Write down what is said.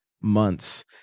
months